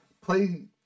Play